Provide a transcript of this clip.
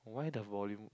why the volume